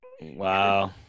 Wow